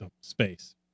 Space